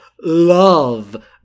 love